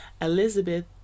Elizabeth